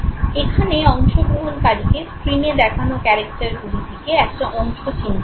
এখানে অংশগ্রহণকারীকে স্ক্রিনে দেখানো ক্যারেক্টারগুলি থেকে একটা অংশ চিনতে হবে